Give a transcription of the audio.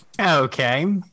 Okay